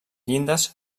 llindes